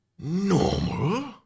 Normal